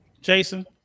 Jason